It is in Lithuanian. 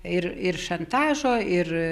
ir ir šantažo ir